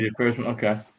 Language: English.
okay